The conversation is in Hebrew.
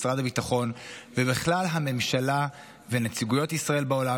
משרד הביטחון ובכלל הממשלה ונציגויות ישראל בעולם